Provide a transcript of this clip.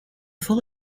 full